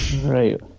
right